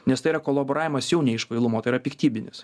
nes tai yra kolaboravimas jau ne iš kvailumo tai yra piktybinis